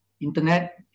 internet